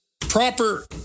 proper